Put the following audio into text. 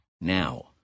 now